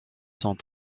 sont